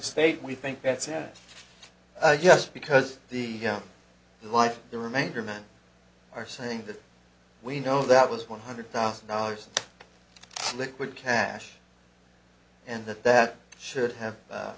state we think that's it yes because the life the remainder men are saying that we know that was one hundred thousand dollars liquid cash and that that should have